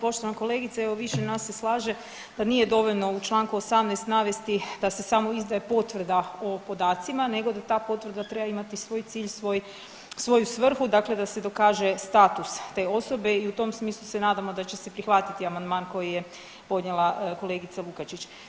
Poštovan kolegice, evo više nas se slaže pa nije dovoljno u Članku 18. navesti da se samo izdaje potvrda o podacima, nego da ta potvrda treba imati svoj cilj, svoj, svoju svrhu, dakle da se dokaže status te osobe i u tom smislu se nadamo da će se prihvatiti amandman koji je podnijela kolegica Lukačić.